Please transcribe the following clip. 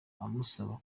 amusaba